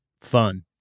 fun